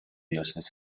dioses